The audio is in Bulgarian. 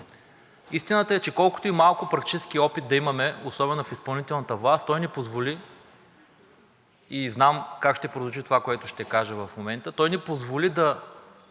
Истината е, че колкото и малко практически опит да имаме, особено в изпълнителната власт, той ни позволи – знам как ще прозвучи това, което ще кажа в момента – да